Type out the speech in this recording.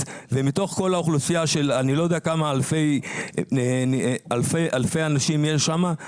ומתוך כל האוכלוסייה של אני לא יודע כמה אלפי אנשים שיש שם,